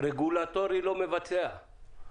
רגולטורי ולא מבצע.